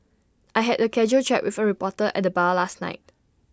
I had A casual chat with A reporter at the bar last night